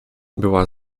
była